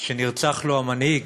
שנרצח לו המנהיג